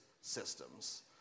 systems